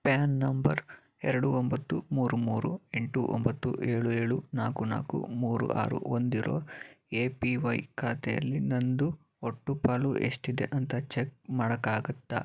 PAN number ಎರಡು ಒಂಬತ್ತು ಮೂರು ಮೂರು ಎಂಟು ಒಂಬತ್ತು ಏಳು ಏಳು ನಾಲ್ಕು ನಾಲ್ಕು ಮೂರು ಆರು ಒಂದಿರೋ ಎ ಪಿ ವೈ ಖಾತೆಲಿ ನಂದು ಒಟ್ಟು ಪಾಲು ಎಷ್ಟಿದೆ ಅಂತ ಚೆಕ್ ಮಾಡೋಕ್ಕಾಗುತ್ತಾ